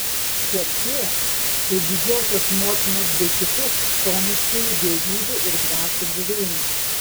kertė tai didžiosios motinos bei kitų chtoniškųjų dievybių ir dvasių buveinė